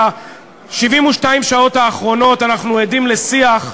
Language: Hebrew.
ב-72 השעות האחרונות אנחנו עדים לשיח,